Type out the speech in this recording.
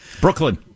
Brooklyn